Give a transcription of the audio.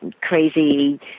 crazy